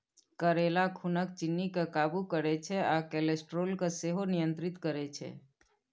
करेला खुनक चिन्नी केँ काबु करय छै आ कोलेस्ट्रोल केँ सेहो नियंत्रित करय छै